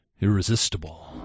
irresistible